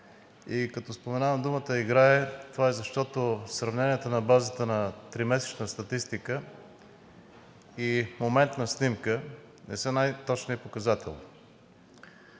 и като споменавам думата „игра“, това е, защото сравнението на базата на тримесечна статистика и моментна снимка не са най-точният показател.